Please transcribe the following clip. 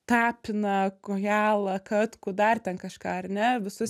tapiną kojalą katkų dar ten kažką ar ne visus